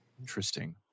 Interesting